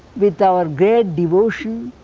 with our great devotion.